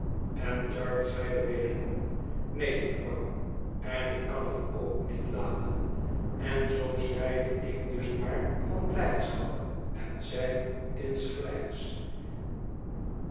en charley zeide wederom neen jufvrouw en ik kan het ook niet laten en zoo schreide ik dus maar van blijdschap en zij insgelijks